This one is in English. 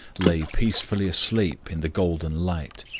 lay peacefully asleep in the golden light.